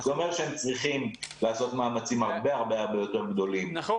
זה אומר שהם צריכים לעשות מאמצים הרבה הרבה הרבה יותר גדולים להגדיל